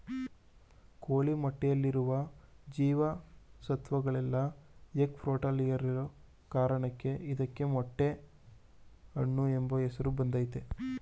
ಕೋಳಿ ಮೊಟ್ಟೆಯಲ್ಲಿರುವ ಜೀವ ಸತ್ವಗಳೆಲ್ಲ ಎಗ್ ಫ್ರೂಟಲ್ಲಿರೋ ಕಾರಣಕ್ಕೆ ಇದಕ್ಕೆ ಮೊಟ್ಟೆ ಹಣ್ಣು ಎಂಬ ಹೆಸರು ಬಂದಯ್ತೆ